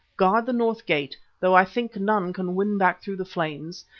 guard the north gate, though i think none can win back through the flames,